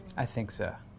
i think so.